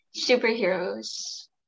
superheroes